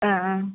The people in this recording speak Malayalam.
ആ ആ